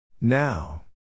Now